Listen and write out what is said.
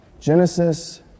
Genesis